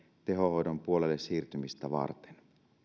tehohoidon puolelle siirtymistä varten